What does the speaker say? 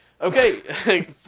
Okay